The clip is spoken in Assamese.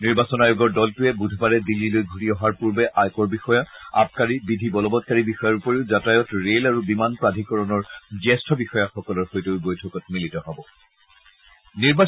নিৰ্বাচন আয়োগৰ দলটোৱে বুধবাৰে দিল্লীলৈ ঘূৰি অহাৰ পূৰ্বে আয়কৰ বিষয়া আবকাৰী বিধি বলৱৎকাৰী বিষয়াৰ উপৰিও যাতায়াত ৰে'ল আৰু বিমান প্ৰাধিকৰণৰ জ্যেষ্ঠ বিষয়াসকলৰ সৈতেও বৈঠকত মিলিত হ'ব